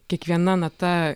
kiekviena nata